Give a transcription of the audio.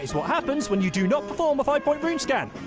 is what happens when you do not perform a five point room scan.